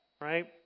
right